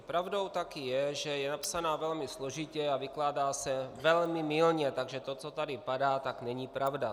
Pravdou taky je, že je napsaná velmi složitě a vykládá se velmi mylně, takže to, co tady padá, není pravda.